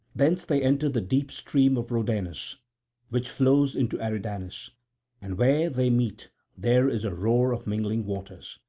thence they entered the deep stream of rhodanus which flows into eridanus and where they meet there is a roar of mingling waters.